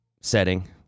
setting